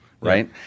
right